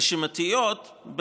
אבל גם בבחירות הרשימתיות,